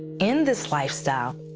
in this lifestyle,